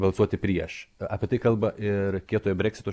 balsuoti prieš apie tai kalba ir kietojo breksito